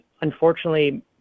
unfortunately